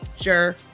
Sure